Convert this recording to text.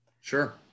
sure